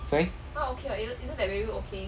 sorry